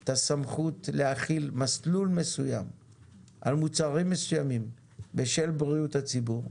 את הסמכות להחיל מסלול מסוים על מוצרים מסוימים בשל בריאות הציבור,